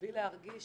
מבלי להרגיש